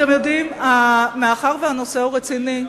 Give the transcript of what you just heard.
מאחר שהנושא הוא רציני,